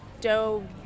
dough